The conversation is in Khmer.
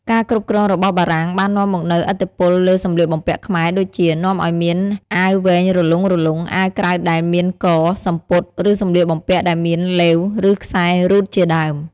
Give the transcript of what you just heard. ការគ្រប់គ្រងរបស់បារំាងបាននាំមកនូវឥទ្ធិពលលើសម្លៀកបំពាក់ខ្មែរដូចជា នាំឱ្យមានអាវវែងរលុងៗ អាវក្រៅដែលមានក សំពត់ ឬសម្លៀកបំពាក់ដែលមានឡេវ ឬ ខ្សែរ៉ូតជាដើម។